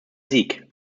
sieg